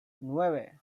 nueve